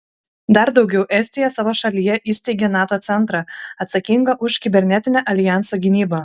dar daugiau estija savo šalyje įsteigė nato centrą atsakingą už kibernetinę aljanso gynybą